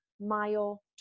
mile